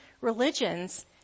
religions